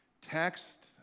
text